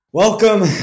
Welcome